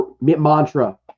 mantra